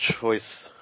choice